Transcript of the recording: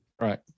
Right